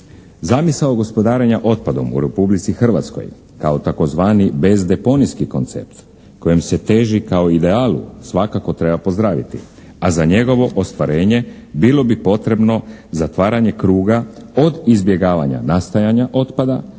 Zamisao gospodarenja otpadom u Republici Hrvatskoj kao tzv. bezdeponijski koncept kojem se teži kao idealu svakako treba pozdraviti a za njegovo ostvarenje bilo bi potrebno zatvaranje kruga od izbjegavanja nastajanja otpada,